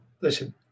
listen